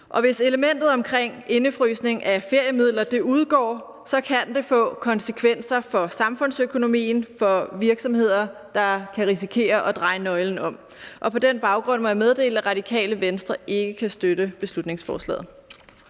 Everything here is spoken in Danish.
Og hvis elementet omkring indefrysning af feriemidler udgår, kan det få konsekvenser for samfundsøkonomien; for virksomheder, der kan risikere at dreje nøglen om. Og på den baggrund må jeg meddele, at Radikale Venstre ikke kan støtte beslutningsforslaget.